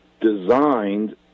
designed